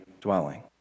dwelling